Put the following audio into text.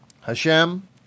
Hashem